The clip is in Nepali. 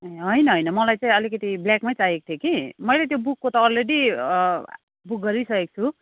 होइन होइन मलाई चाहिँ अलिकति ब्ल्याकमै चाहिएको थियो कि मैले त्यो बुकको त अलरेडी बुक गरिसकेको छु